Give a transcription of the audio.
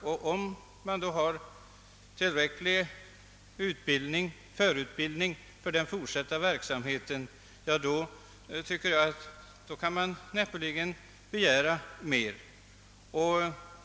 Om de då kommer att ha tillräcklig förutbildning för den fortsatta verksamheten kan man, tycker jag, näppeligen begära mer.